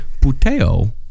puteo